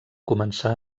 començà